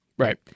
Right